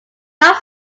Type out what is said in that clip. not